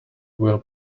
will